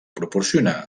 proporcionar